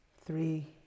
three